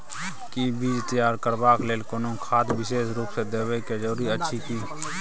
कि बीज तैयार करबाक लेल कोनो खाद विशेष रूप स देबै के जरूरी अछि की?